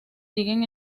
siguen